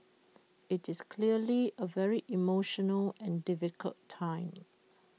IT is clearly A very emotional and difficult time